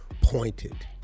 pointed